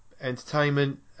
Entertainment